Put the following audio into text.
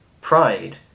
Pride